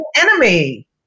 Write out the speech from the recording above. enemy